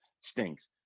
stinks